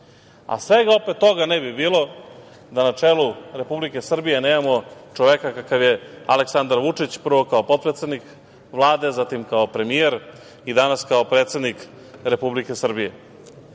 toga opet ne bi bilo da na čelu Republike Srbije nemamo čoveka kakav je Aleksandar Vučić, prvo kao potpredsednik Vlade, zatim kao premijer i danas kao predsednik Republike Srbije. Zato